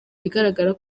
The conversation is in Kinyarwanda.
bigaragara